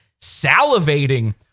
salivating